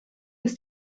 ist